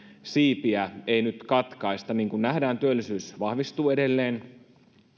siipiä ei nyt katkaista niin kuin nähdään työllisyys vahvistuu edelleen